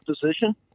position